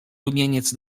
rumieniec